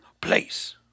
place